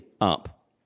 up